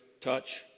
touch